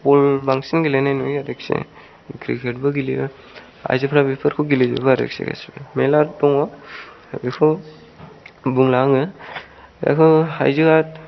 बल बांसिन गेलेनाय नुयो आरोखि क्रिकेट बो गेलेयो आयजोफोरा बेफोरखौ गेलेजोबो आरोखि गासिबो मेरला दङ बेखौ बुंला आङो बेखौ आयजोआ